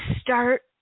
start